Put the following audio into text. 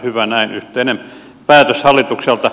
hyvä näin yhteinen päätös hallitukselta